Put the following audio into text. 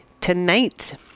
tonight